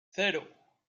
cero